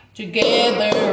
together